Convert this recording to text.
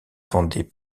vendait